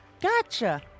gotcha